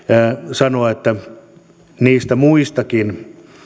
sanoa että niistä muistakin